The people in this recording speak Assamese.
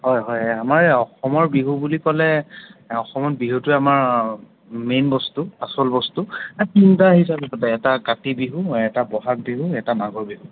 হয় হয় এই আমাৰ অসমৰ বিহু বুলি ক'লে অসমত বিহুটো আমাৰ মেইন বস্তু আচল বস্তু আ তিনিটা হিচাপে পাতে এটা কাতি বিহু এটা ব'হাগ বিহু এটা মাঘৰ বিহু